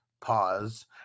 Pause